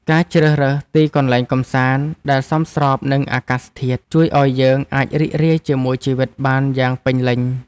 ការជ្រើសរើសទីកន្លែងកម្សាន្តដែលសមស្របនឹងអាកាសធាតុជួយឱ្យយើងអាចរីករាយជាមួយជីវិតបានយ៉ាងពេញលេញ។